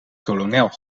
kolonel